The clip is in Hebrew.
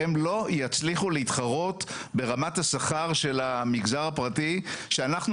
הם לא יצליחו להתחרות ברמת השכר של המגזר הפרטי שאנחנו